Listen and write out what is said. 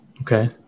Okay